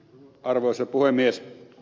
arvoisa puhemies